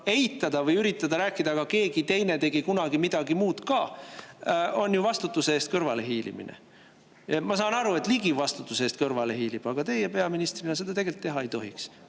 eitada või üritada rääkida "aga keegi teine tegi kunagi midagi muud ka" on ju vastutuse eest kõrvale hiilimine. Ma saan aru, et Ligi vastutuse eest kõrvale hiilib, aga teie peaministrina seda tegelikult teha ei tohiks. Kas